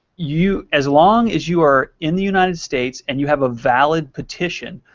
you as long as you are in the united states and you have a valid petition,